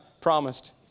promised